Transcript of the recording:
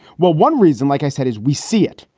well, one reason, like i said, is we see it.